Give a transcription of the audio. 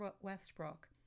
Westbrook